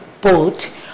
boat